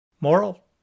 Moral